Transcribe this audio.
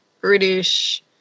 British